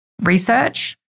research